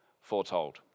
foretold